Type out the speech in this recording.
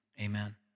Amen